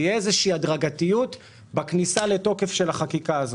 תהיה איזושהי הדרגתיות בכניסה לתוקף של החקיקה הזאת,